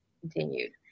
Continued